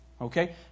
Okay